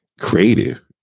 creative